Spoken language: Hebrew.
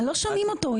לא שומעים אותו.